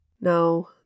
No